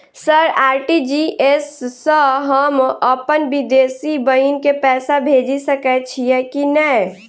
Sir RTGS सँ हम अप्पन विदेशी बहिन केँ पैसा भेजि सकै छियै की नै?